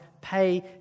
pay